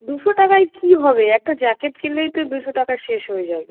দুশো টাকায় কী হবে একটা জ্যাকেট কিনলেই তো দুশো টাকা শেষ হয়ে যাবে